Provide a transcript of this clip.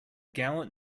gallant